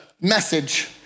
message